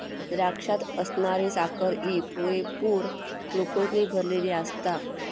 द्राक्षात असणारी साखर ही पुरेपूर ग्लुकोजने भरलली आसता